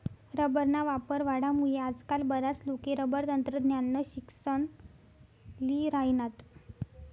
रबरना वापर वाढामुये आजकाल बराच लोके रबर तंत्रज्ञाननं शिक्सन ल्ही राहिनात